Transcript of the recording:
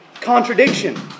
contradiction